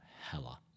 hella